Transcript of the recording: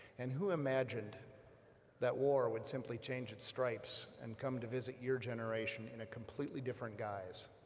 and who imagined that war would simply change its stripes and come to visit your generation in a completely different guise